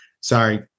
sorry